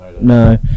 No